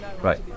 Right